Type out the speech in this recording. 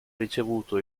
ricevuto